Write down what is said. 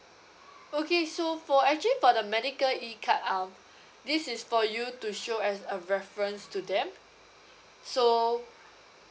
okay so for actually for the medical E card um this is for you to show as a reference to them so